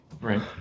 right